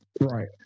right